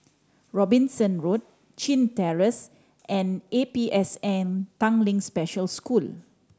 Robinson Road Chin Terrace and A P S N Tanglin Special School